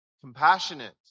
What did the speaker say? compassionate